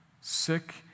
sick